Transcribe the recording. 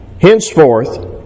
Henceforth